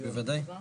וודאי.